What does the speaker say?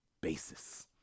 basis